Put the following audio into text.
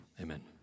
amen